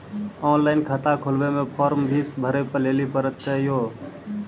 Online खाता खोलवे मे फोर्म भी भरे लेली पड़त यो?